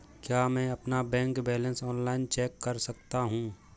क्या मैं अपना बैंक बैलेंस ऑनलाइन चेक कर सकता हूँ?